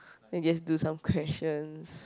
then you just do some questions